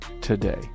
today